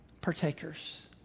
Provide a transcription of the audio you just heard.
partakers